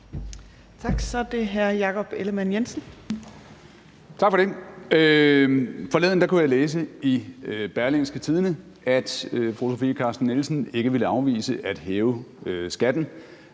Kl. 14:49 Jakob Ellemann-Jensen (V): Tak for det. Forleden kunne jeg læse i Berlingske, at fru Sofie Carsten Nielsen ikke ville afvise at hæve skatten